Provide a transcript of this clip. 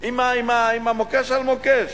עם המוקש על מוקש.